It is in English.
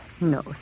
No